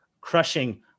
crushing